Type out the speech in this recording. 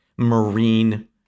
marine